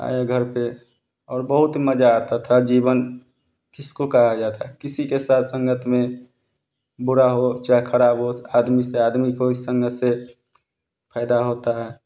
आए घर पर और बहुत मजा आता था जीवन किसको कहा जाता है किसी के साथ संगत में बुरा हो चाहे खराब हो आदमी से आदमी को इस संगत से फायदा होता है